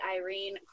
Irene